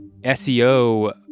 SEO